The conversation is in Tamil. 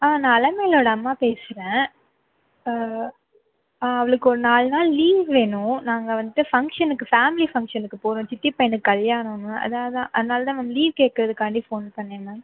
ஆ நான் அலமேலோடய அம்மா பேசுகிறேன் அவளுக்கு ஒரு நாலு நாள் லீவ் வேணும் நாங்கள் வந்துகிட்டு ஃபங்க்ஷனுக்கு ஃபேமிலி ஃபங்க்ஷனுக்கு போகிறோம் சித்தி பையனுக்கு கல்யாணனு அதுதான் அதுதான் அதனால் தான் மேம் லீவ் கேக்கிறதுக்காண்டி ஃபோன் பண்ணேன் மேம்